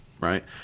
right